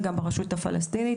היא גם ברשות הפלסטינית,